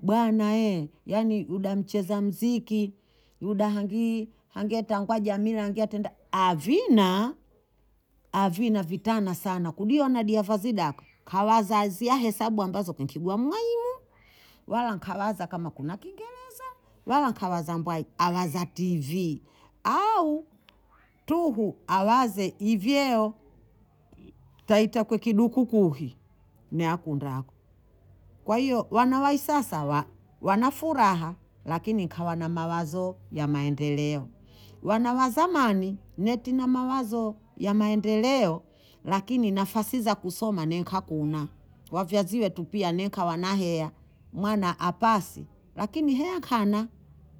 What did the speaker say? bwana e uda mcheza mziki udahingii hangetangwa jamii atenda havina? Havina vitana sana kuduyonadia kavinaka kawazazia hesabu ambazo nkigwammaimu wala nkawaza kama kuna kingereza wala nkawaza mbwai, awaza TV, au tuhu awaze ivyeo taita kukuduku kuhi mmeakundao, kwa hiyo wanawaisasa wanafuraha, lakini nkabha na mawazo ya maendeleo, wana wa zamani netina mawazo ya maendeleo lakini nafasi za kusoma ne nkakuna, wavyazi wantupiana nekabhanae mwana apasi lakini hea nkana